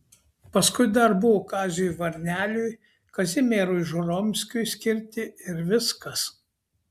paskui dar buvo kaziui varneliui kazimierui žoromskiui skirti ir viskas